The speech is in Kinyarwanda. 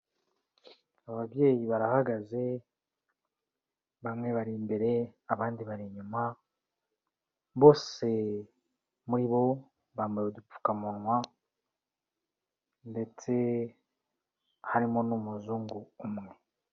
Ababyeyi barahagaze, bamwe bari imbere, abandi bari inyuma, bose muri bo bambaye udupfukamunwa ndetse harimo n'umuzungu umwe.